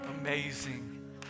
amazing